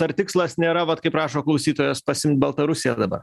ar tikslas nėra vat kaip rašo klausytojas pasiimt baltarusiją dabar